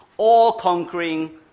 all-conquering